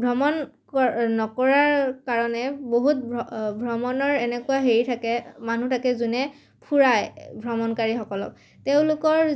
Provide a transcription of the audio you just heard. ভ্ৰমণ ক নকৰাৰ কাৰণে বহুত ভ্ৰ ভ্ৰমণৰ এনেকুৱা হেৰি থাকে মানুহ থাকে যোনে ফুৰাই ভ্ৰমণকাৰীসকলক তেওঁলোকৰ